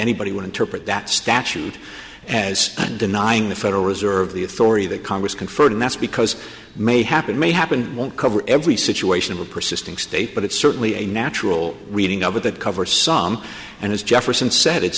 anybody would interpret that statute as denying the federal reserve the authority that congress conferred and that's because may happen may happen won't cover every situation with persisting state but it's certainly a natural reading of it that cover some and it's jefferson said it's